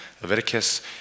Leviticus